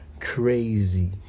crazy